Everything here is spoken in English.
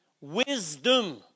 Wisdom